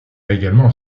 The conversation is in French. également